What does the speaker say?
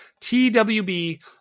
TWB